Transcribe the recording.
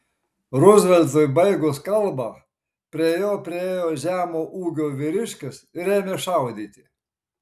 ruzveltui baigus kalbą prie jo priėjo žemo ūgio vyriškis ir ėmė šaudyti